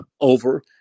over